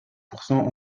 pourcent